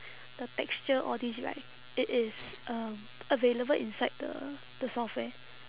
the texture all these right it is um available inside the the software